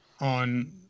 on